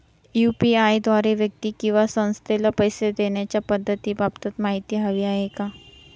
UPI द्वारे व्यक्ती किंवा संस्थेला पैसे देण्याच्या पद्धतींबाबत माहिती हवी आहे